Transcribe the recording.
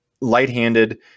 light-handed